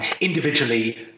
individually